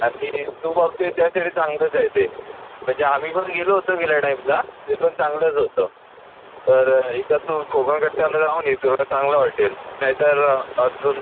आणि तू बघ ते त्यासाठी चांगलंच आहे ते म्हणजे आम्ही पण गेलो होतो गेल्या टाईमला एकदम चांगलंच होतं तर एकदा तू कोकण कट्ट्याला जाऊन ये तुला चांगलं वाटेल नही तर अजून